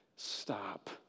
Stop